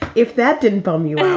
if that didn't but um you know